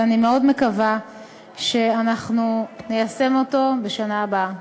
ואני מאוד מקווה שאנחנו ניישם אותו בשנה הבאה.